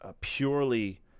purely